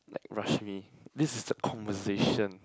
like rush me this is a conversation